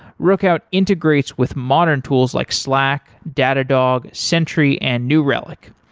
rookout integrates with modern tools like slack, datadog, sentry and new relic.